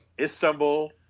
Istanbul